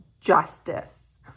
justice